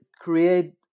create